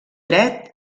dret